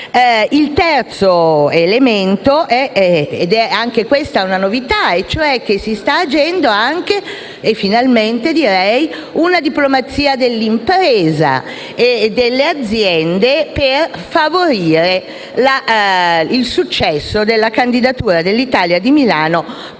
Il terzo elemento, anch'esso una novità, è il fatto che sta agendo anche e finalmente una diplomazia dell'impresa e delle aziende per favorire il successo della candidatura dell'Italia e di Milano per